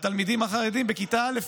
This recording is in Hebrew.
והתלמידים החרדים בכיתה א'